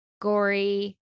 gory